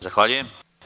Zahvaljujem.